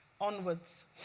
onwards